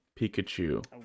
Pikachu